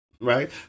Right